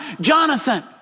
Jonathan